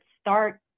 start